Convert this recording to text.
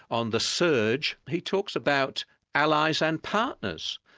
on the surge, he talks about allies and partners,